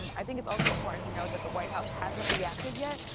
um i think it's also important to know that the white house hasn't reacted yet.